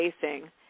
facing